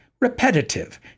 repetitive